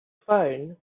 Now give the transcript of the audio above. phone